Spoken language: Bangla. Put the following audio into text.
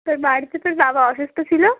তোর বাড়িতে তোর বাবা অসুস্থ ছিলো